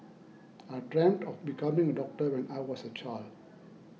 I dreamt of becoming a doctor when I was a child